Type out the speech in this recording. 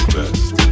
best